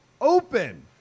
open